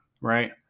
right